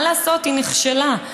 מה לעשות, היא נכשלה.